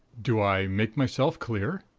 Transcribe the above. do i make myself clear?